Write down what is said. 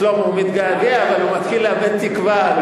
שלמה, הוא מתגעגע אבל הוא מתחיל לאבד תקווה.